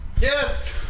Yes